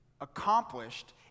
accomplished